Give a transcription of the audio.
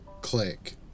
Click